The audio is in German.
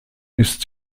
ist